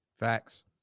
Facts